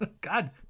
God